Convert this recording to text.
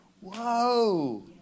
Whoa